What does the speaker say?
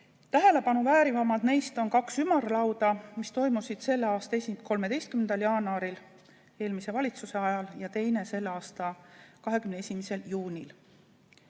Tähelepanuväärivamad neist on kaks ümarlauda: üks toimus selle aasta 13. jaanuaril, eelmise valitsuse ajal, ja teine 21. juunil.